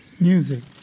music